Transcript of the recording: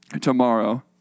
tomorrow